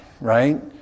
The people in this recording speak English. right